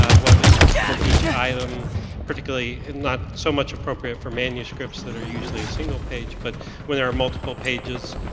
what is for each item particularly and not so much appropriate for manuscripts that are usually a single page. but when there are multiple pages,